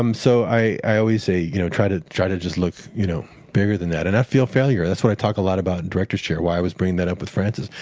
um so i i always say you know try to try to look you know bigger than that. and i feel failure. that's what i talk a lot about in director's chair, why i was bringing that up with frances.